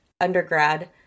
undergrad